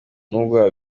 n’ubwoba